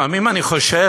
לפעמים אני חושב,